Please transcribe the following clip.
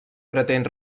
pretén